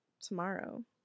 tomorrow